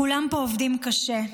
כולם פה עובדים קשה,